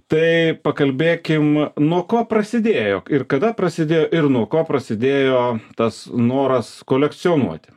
tai pakalbėkim nuo ko prasidėjo ir kada prasidėjo ir nuo ko prasidėjo tas noras kolekcionuoti